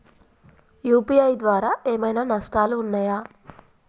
UPI ద్వారా ఏమైనా నష్టాలు ఉన్నయా?